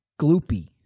gloopy